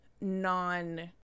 non-